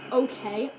okay